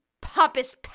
pompous